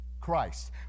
Christ